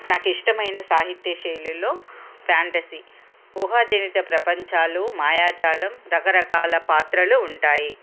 నాకు ఇష్టమైన సాహిత్య శైలిలో ఫ్యాంటసీ ఊహా జనిత ప్రపంచాలు మాయాజాలం రకరకాల పాత్రలు ఉంటాయి